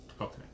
Okay